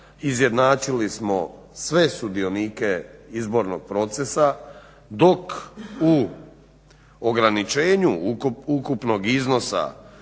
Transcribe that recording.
izjednačili smo sve sudionike izbornog procesa dok u ograničenju ukupnog iznosa